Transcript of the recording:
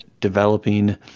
developing